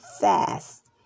fast